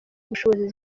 bushobozi